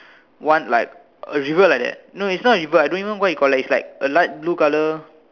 one like a river like that no it's not river I don't even what you call that is like a light blue colour